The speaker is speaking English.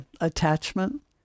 Attachment